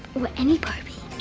or any barbie.